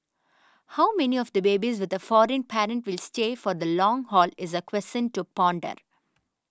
how many of the babies with a foreign parent will stay for the long haul is a question to ponder